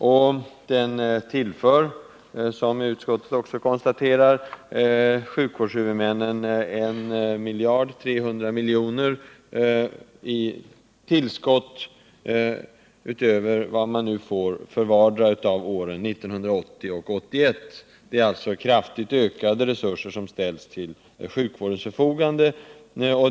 Den tillför, som utskottet också konstaterar, sjukvårdshuvudmännen 1,3 miljarder i tillskott för vartdera åren 1980 och 1981 utöver vad man nu får. Det är alltså kraftigt ökade resurser som ställs till sjukvårdens förfogande.